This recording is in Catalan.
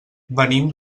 venim